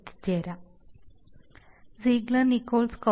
എത്തിച്ചേരാം സീഗ്ലർ നിക്കോൾസ്Ziegler Nichols